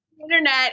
internet